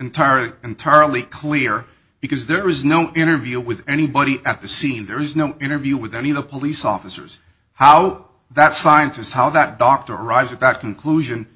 entirely entirely clear because there is no interview with anybody at the scene there is no interview with any of the police officers how that scientists how that doctor arrives back conclusion